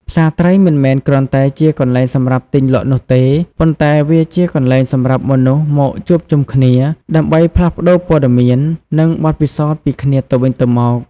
ផ្សារត្រីមិនមែនគ្រាន់តែជាកន្លែងសម្រាប់ទិញលក់នោះទេ ប៉ុន្តែវាជាកន្លែងសម្រាប់មនុស្សមកជួបជុំគ្នា ដើម្បីផ្លាស់ប្តូរព័ត៌មាន និងបទពិសោធន៍ពីគ្នាទៅវិញទៅមក។